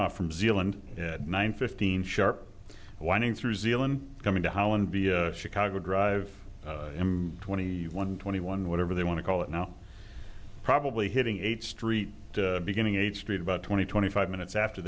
off from zealand nine fifteen sharp winding through zealand coming to holland via chicago drive him twenty one twenty one whatever they want to call it now probably hitting eight street beginning eight straight about twenty twenty five minutes after